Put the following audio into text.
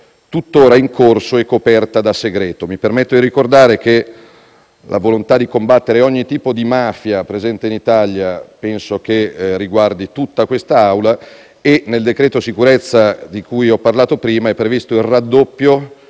tuttora in corso e coperta da segreto. Mi permetto di ricordare che la volontà di combattere ogni tipo di mafia presente in Italia penso appartenga a tutta quest'Aula e nel decreto sicurezza, di cui ho parlato prima, è previsto il raddoppio